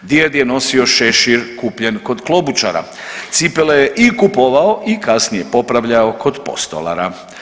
Djed je nosio šešir kupljen kod klobučara, cipele je i kupovao i kasnije popravljao kod postolara.